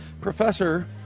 Professor